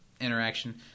interaction